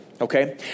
okay